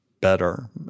Better